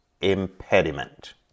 impediment